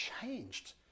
changed